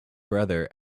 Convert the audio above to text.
brother